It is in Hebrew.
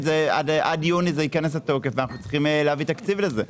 עד יוני זה ייכנס לתוקף ואנחנו צריכים להביא תקציב לזה.